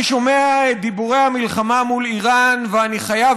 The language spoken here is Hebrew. אני שומע את דיבורי המלחמה מול איראן ואני חייב